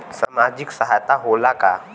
सामाजिक सहायता होला का?